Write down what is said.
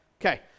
Okay